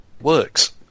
works